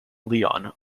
lyon